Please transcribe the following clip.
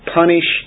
punish